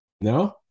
No